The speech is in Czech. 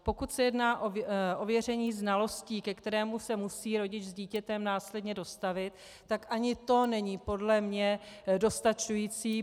Pokud se jedná o ověření znalostí, ke kterému se musí rodič s dítětem následně dostavit, tak ani to není podle mě dostačující.